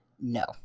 no